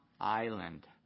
island